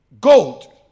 gold